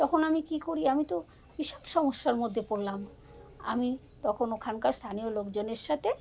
তখন আমি কী করি আমি তো এইসব সমস্যার মধ্যে পড়লাম আমি তখন ওখানকার স্থানীয় লোকজনের সাথে